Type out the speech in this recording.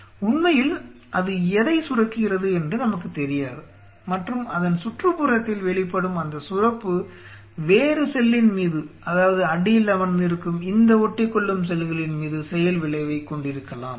உண்மையில் அது எதை சுரக்கிறது என்று நமக்குத் தெரியாது மற்றும் அதன் சுற்றுப்புறத்தில் வெளிப்படும் அந்த சுரப்பு வேறு செல்லின் மீது அதாவது அடியில் அமர்ந்திருக்கும் இந்த ஒட்டிக்கொள்ளும் செல்களின் மீது செயல் விளைவைக் கொண்டிருக்கலாம்